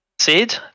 Sid